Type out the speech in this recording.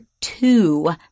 two